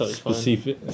specific